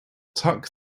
tuck